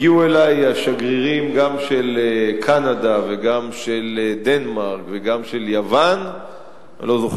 הגיעו אלי השגרירים גם של קנדה וגם של דנמרק וגם של יוון ופינלנד